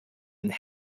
and